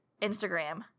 Instagram